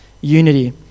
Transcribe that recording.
unity